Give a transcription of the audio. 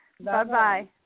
Bye-bye